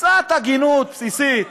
קצת הגינות בסיסית.